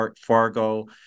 Fargo